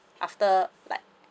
after like